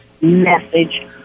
message